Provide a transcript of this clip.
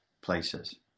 places